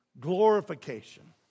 glorification